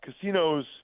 Casinos